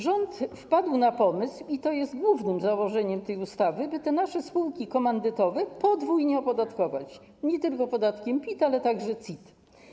Rząd wpadł na pomysł, i to jest głównym założeniem tej ustawy, by te nasze spółki komandytowe podwójnie opodatkować, nie tylko podatkiem PIT, ale także CIT.